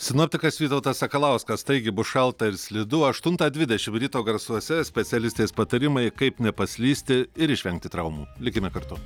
sinoptikas vytautas sakalauskas taigi bus šalta ir slidu aštuntą dvidešimt ryto garsuose specialistės patarimai kaip nepaslysti ir išvengti traumų likime kartu